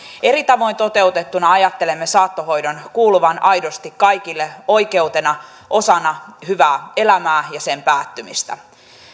eri tavoin toteutettuna ajattelemme saattohoidon kuuluvan aidosti kaikille oikeutena osana hyvää elämää ja sen päättymistä